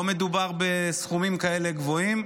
לא מדובר בסכומים כאלה גבוהים,